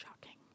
Shocking